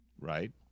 Right